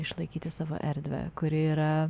išlaikyti savo erdvę kuri yra